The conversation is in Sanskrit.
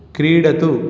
क्रीडतु